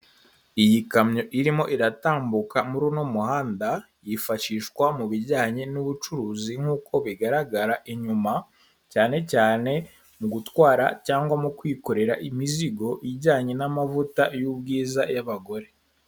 Iyi kamyo irimo iratambuka muri uno muhanda yifashishwa mu bijyanye n'ubucuruzi, nk'uko bigaragara inyuma cyane cyane mu gutwara cyangwa mu kwikorera imizigo ijyanye n'amavuta y'ubwiza y'abagore.